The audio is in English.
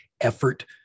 effort